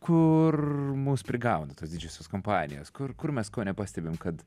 kur mus prigauna tas didžiosios kompanijos kur kur mes ko nepastebim kad